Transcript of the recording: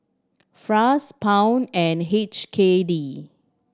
Franc Pound and H K D